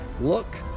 look